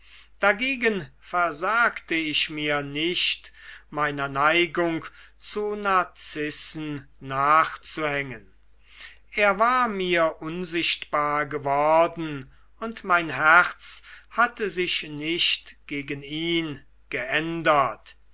dagegen versagte ich mir nicht meiner neigung zu narzissen nachzuhängen er war mir unsichtbar geworden und mein herz hatte sich nicht gegen ihn geändert